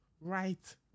Right